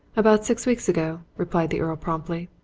about six weeks ago, replied the earl promptly.